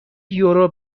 یورو